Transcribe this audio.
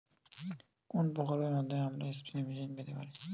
কোন প্রকল্পের মাধ্যমে আমরা স্প্রে মেশিন পেতে পারি?